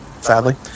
sadly